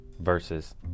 versus